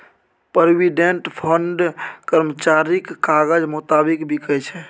provident fund कर्मचारीक काजक मोताबिक बिकै छै